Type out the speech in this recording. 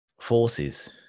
forces